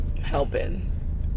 helping